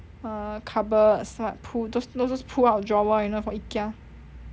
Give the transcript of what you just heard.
err cupboards like pull those those pull out drawer you know from IKEA